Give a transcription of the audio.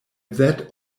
that